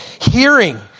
hearing